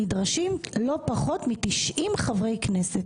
נדרשים לא פחות מ-90 חברי כנסת.